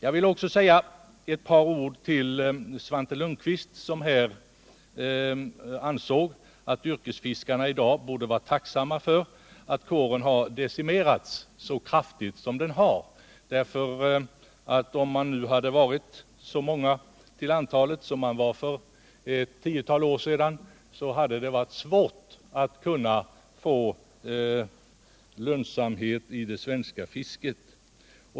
Jag vill också säga ett par ord till Svante Lundkvist, som här ansåg att yrkesfiskarna borde vara tacksamma för att kåren nu har decimerats så kraftigt om de hade varit lika många till antalet i dag som de var för ett tiotal år sedan hade det varit svårt för dem att uppnå någon lönsamhet i det svenska fisket.